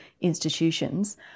institutions